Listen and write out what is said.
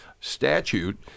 statute